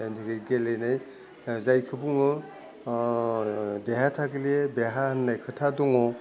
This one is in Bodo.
जायनि थाखाय गेलेनाय जायखौ बुङो देहा थाकिले बेहा होन्नाय खोथा दङ